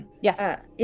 Yes